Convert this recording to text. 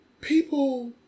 People